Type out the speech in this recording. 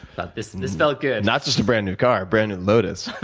but this and this felt good. not just a brand new car, brand new lotus.